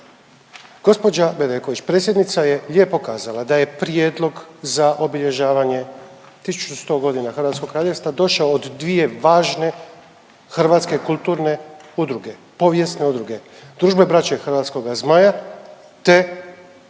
Gospođa Bedeković predsjednica je lijepo kazala da je prijedlog za obilježavanje 1100 godina Hrvatskog kraljevstva došao od dvije važne hrvatske kulturne udruge, povijesne udruge Družbe „Braće Hrvatskoga Zmaja“ te Matice